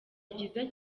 ryiza